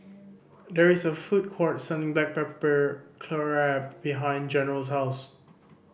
there is a food court selling black pepper crab behind General's house